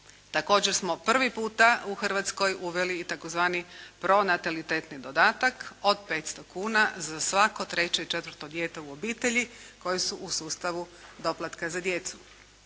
Također smo prvi puta u Hrvatskoj uveli i tzv. pronatalitetni dodatak od 500 kuna za svako treće i četvrto dijete u obitelji koje su u sustavu doplatka za djecu.